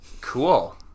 Cool